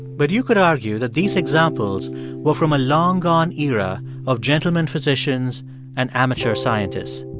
but you could argue that these examples were from a long-gone era of gentlemen physicians and amateur scientists.